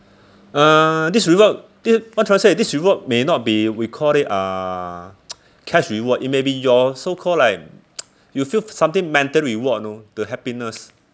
uh this reward thi~ what I'm trying to say this reward may not be we call it uh cash reward it may be your so called like you feel something mental reward you know the happiness